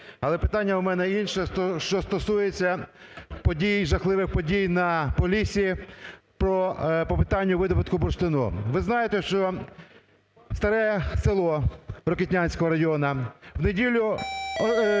Але питання у мене інше, що стосується подій, жахливих подій на Поліссі по питанню видобутку бурштину. Ви знаєте, що Старе Село Рокитнівського району, в неділю